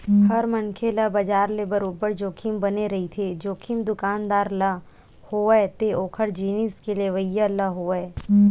हर मनखे ल बजार ले बरोबर जोखिम बने रहिथे, जोखिम दुकानदार ल होवय ते ओखर जिनिस के लेवइया ल होवय